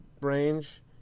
range